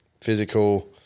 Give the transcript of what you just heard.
physical